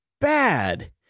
bad